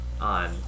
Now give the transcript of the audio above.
On